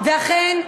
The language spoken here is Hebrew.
ואכן,